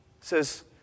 says